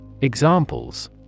Examples